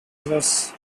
others